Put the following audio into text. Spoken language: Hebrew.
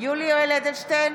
יולי יואל אדלשטיין,